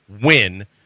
win